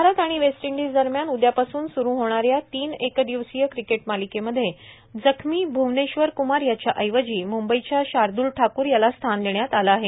भारत आणि West Indies दरम्यान उद्यापासून सुरू होणाऱ्या तीन एक दिवसीय क्रिकेट मालिकेमध्ये जखमी भुवनेश्वर कुमार याच्याऐवजी मुंबईच्या ार्टुल ठाकूर याला स्थान देष्यात आलं आहे